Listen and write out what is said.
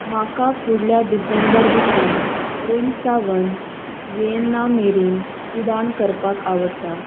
म्हाका फुडल्या डिसेंबर दिसा रूम सावन विएन्ना मेरेन उडाण करपाक आवडटा